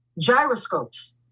gyroscopes